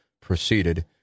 proceeded